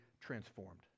transformed